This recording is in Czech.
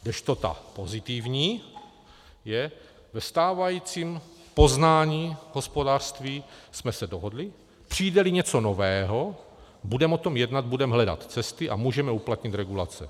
Kdežto ta pozitivní je ve stávajícím poznání hospodářství jsme se dohodli, přijdeli něco nového, budeme o tom jednat, budeme hledat cesty a můžeme uplatnit regulace.